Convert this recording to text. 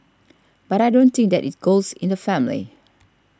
but I don't think that it goes in the family